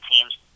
teams